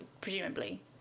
presumably